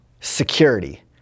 security